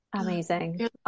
Amazing